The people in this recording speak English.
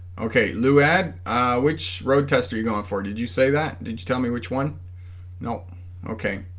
okay lou ad which road test are you going for did you say that didn't you tell me which one no okay